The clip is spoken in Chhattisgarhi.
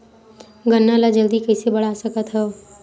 गन्ना ल जल्दी कइसे बढ़ा सकत हव?